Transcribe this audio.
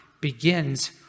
begins